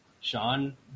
Sean